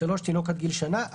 תינוק עד גיל שנה,